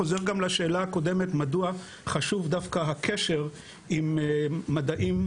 חוזר גם לשאלה הקודמת מדוע חשוב דווקא הקשר עם מדעים,